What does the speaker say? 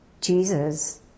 Jesus